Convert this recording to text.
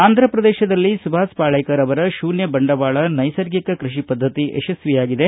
ಆಂಧ್ರಪ್ರದೇಶದಲ್ಲಿ ಸುಭಾಸ ಪಾಳೇಕರ್ ಅವರ ಶೂನ್ಯ ಬಂಡವಾಳ ನೈಸರ್ಗಿಕ ಕೃಷಿ ಪದ್ಧತಿ ಯಶಸ್ವಿಯಾಗಿದೆ